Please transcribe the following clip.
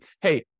hey